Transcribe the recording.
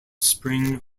spring